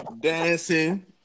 Dancing